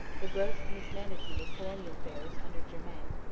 the gross mismanagement of colonial affairs under germain,